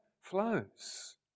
flows